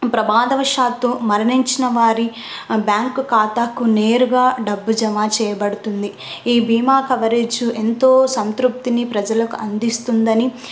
ప్రమాదవశాత్తో మరణించిన వారి బ్యాంక్ ఖాతాకు నేరుగా డబ్బు జమా చేయబడుతుంది ఈ బీమా కవరేజ్ ఎంతో సంతృప్తిని ప్రజలకు అందిస్తుందని